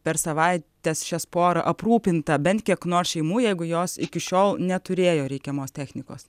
per savaites šias porą aprūpinta bent kiek nors šeimų jeigu jos iki šiol neturėjo reikiamos technikos